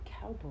cowboy